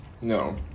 No